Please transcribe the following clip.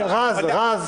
רז, רז.